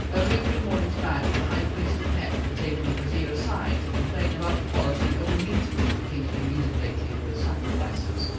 only a few mornings back the high priest of hec had taken the vizier aside to complain about the quality of the meat which the king had been using lately for his sacrifices.